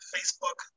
Facebook